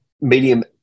medium